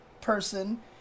person